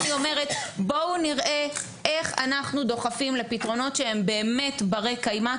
בואו נראה איך אנחנו דוחפים לפתרונות שהם באמת ברי קיימא.